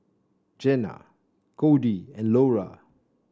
Gena Codey and Lora